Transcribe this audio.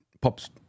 pops